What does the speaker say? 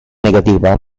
negativa